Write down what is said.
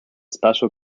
special